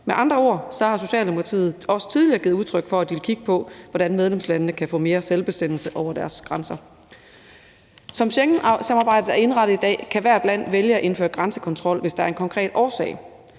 Med andre ord har Socialdemokratiet også tidligere givet udtryk for, at de vil kigge på, hvordan medlemslandene kan få mere selvbestemmelse over deres grænser. Som Schengensamarbejdet er indrettet i dag, kan hvert land vælge at indføre grænsekontrol, hvis der er en konkret årsag.